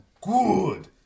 good